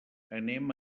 anem